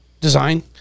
design